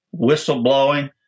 whistleblowing